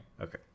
okay